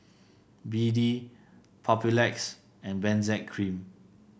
B D Papulex and Benzac Cream